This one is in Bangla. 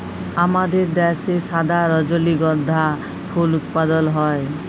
আমাদের দ্যাশে সাদা রজলিগন্ধা ফুল উৎপাদল হ্যয়